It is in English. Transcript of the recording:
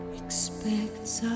expects